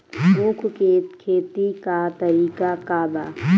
उख के खेती का तरीका का बा?